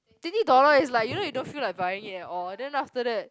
twenty dollar is like you know you don't feel like buying it at all then after that